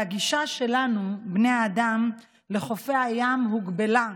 והגישה שלנו, בני האדם, לחופי הים הוגבלה,